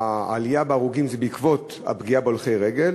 העלייה בהרוגים היא בעקבות הפגיעה בהולכי רגל.